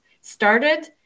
started